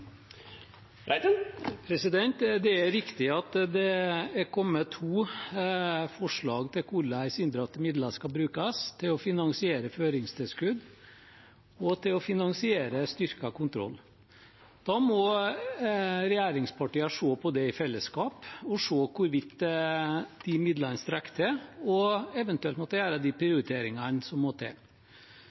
Reiten har hatt ordet to ganger tidligere og får ordet til en kort merknad, begrenset til 1 minutt. Det er riktig at det er kommet to forslag til hvordan inndratte midler skal brukes – til å finansiere føringstilskudd og til å finansiere styrket kontroll. Da må regjeringspartiene se på det i fellesskap, se hvorvidt de midlene strekker til, og eventuelt gjøre